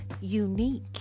unique